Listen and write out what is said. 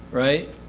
right,